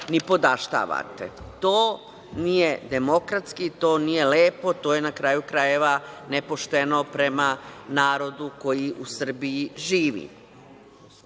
nipodaštavate. To nije demokratski, to nije lepo, to je na kraju krajeva, nepošteno prema narodu koji u Srbiji živi.Zašto